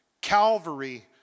Calvary